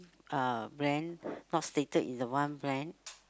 uh brand not stated in the one brand